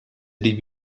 dvd